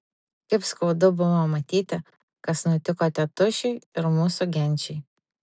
kaip skaudu buvo matyti kas nutiko tėtušiui ir mūsų genčiai